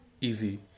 easy